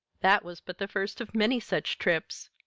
that was but the first of many such trips.